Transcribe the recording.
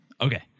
Okay